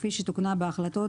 כפי שתוקנה בהחלטות